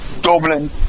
Dublin